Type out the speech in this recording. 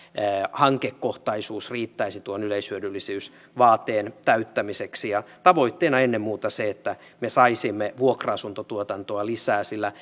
hankekohtaisuus riittäisi tuon yleishyödyllisyysvaateen täyttämiseksi tavoitteena on ennen muuta se että me saisimme vuokra asuntotuotantoa lisää sillä